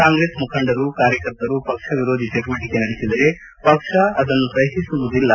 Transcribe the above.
ಕಾಂಗ್ರೆಸ್ ಮುಖಂಡರು ಕಾರ್ಯಕರ್ತರು ಪಕ್ಷ ವಿರೋಧಿ ಚಟುವಟಿಕೆ ನಡೆಸಿದರೆ ಪಕ್ಷ ಅದನ್ನು ಸಒಿಸುವುದಿಲ್ಲ